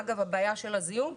אגב, הבעיה של הזיהום,